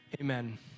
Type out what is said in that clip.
Amen